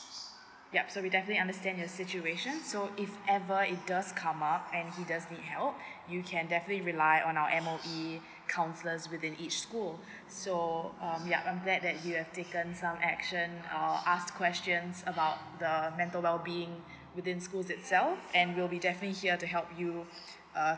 yup so we definitely understand your situation so if ever it does come up and he does need help you can definitely rely on our M_O_E counsellors within each school so um yeah I'm glad that you have taken some action or ask questions about the mental well being within schools itself and we'll be definitely here to help you uh